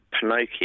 Pinocchio